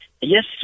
yes